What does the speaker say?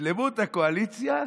שלמות הקואליציה,